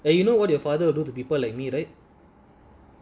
and you know what your father do to people like me right